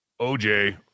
OJ